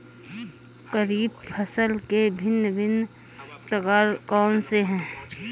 खरीब फसल के भिन भिन प्रकार कौन से हैं?